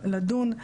לדון,